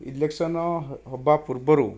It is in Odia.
ଇଲେକ୍ସନ ହେବା ପୂର୍ବରୁ